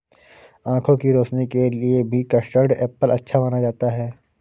आँखों की रोशनी के लिए भी कस्टर्ड एप्पल अच्छा माना जाता है